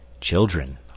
Children